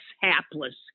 hapless